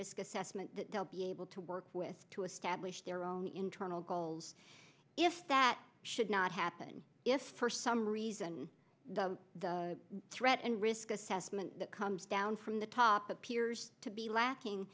risk assessment that they'll be able to work with to establish their own internal goals if that should not happen if for some reason the threat and risk assessment comes down from the top appears to be lacking